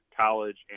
college